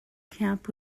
camp